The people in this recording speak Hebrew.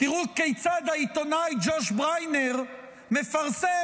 תראו כיצד העיתונאי ג'וש בריינר מפרסם,